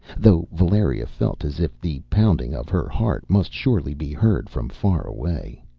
though valeria felt as if the pounding of her heart must surely be heard from far away.